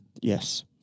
Yes